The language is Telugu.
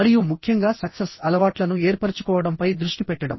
మరియు ముఖ్యంగా సక్సెస్ అలవాట్లను ఏర్పరచుకోవడంపై దృష్టి పెట్టడం